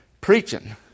preaching